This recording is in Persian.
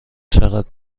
چقدر